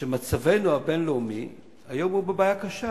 שמצבנו הבין-לאומי היום קשה.